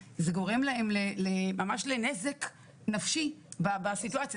גורם להם ממש לנזק נפשי בסיטואציה.